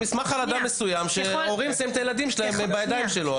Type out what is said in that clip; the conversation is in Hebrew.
זה מסמך על אדם מסוים שהורים שמים את הילדים שלהם בידיים שלו.